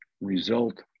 result